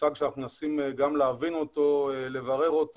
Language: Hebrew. מושג שאנחנו מנסים להבין אותו, לברר אותו